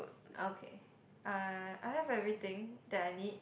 okay uh I have everything that I need